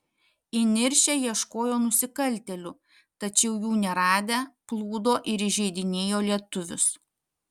įniršę ieškojo nusikaltėlių tačiau jų neradę plūdo ir įžeidinėjo lietuvius